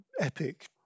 Epic